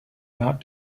not